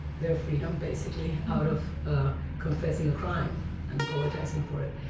their freedom basically, out of ah confessing a crime and apologizing for it.